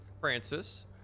Francis